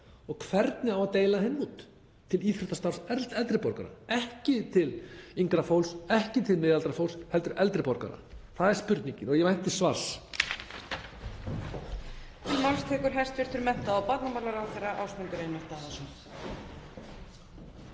Og hvernig á að deila þeim út til íþróttastarfs eldri borgara? Ekki til yngra fólks, ekki til miðaldra fólks heldur til eldri borgara, það er spurningin og ég vænti svars.